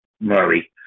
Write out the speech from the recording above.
Murray